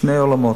שני עולמות.